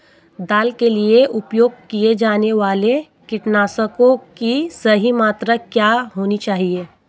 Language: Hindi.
दाल के लिए उपयोग किए जाने वाले कीटनाशकों की सही मात्रा क्या होनी चाहिए?